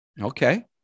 Okay